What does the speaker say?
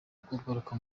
kugaruka